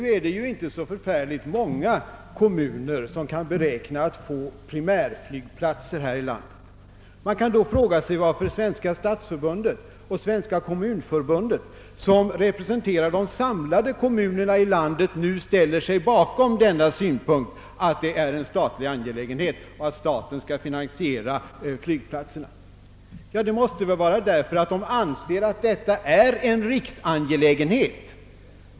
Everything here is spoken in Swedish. Här i landet finns det inte så många kommuner som kan räkna med att få primärflygplatser. Man kan fråga sig varför Svenska stadsförbundet och Svenska kommunförbundet, som representerar samtliga kommuner i landet, nu ställer sig bakom åsikten att det är fråga om en statlig angelägenhet och att staten skall finansiera flygplatserna. Det måste vara därför att de anser att detta är en riksangelägenhet.